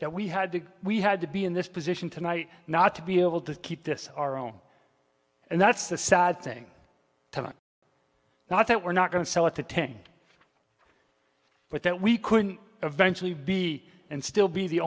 that we had to we had to be in this position tonight not to be able to keep this our own and that's the sad thing not that we're not going to sell it to ten but that we could eventually be and still be the